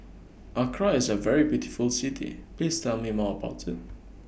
Accra IS A very beautiful City Please Tell Me More about IT